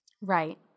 Right